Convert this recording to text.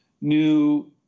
new